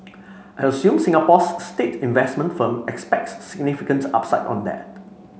I assume Singapore's state investment firm expects significant upside on that